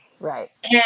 Right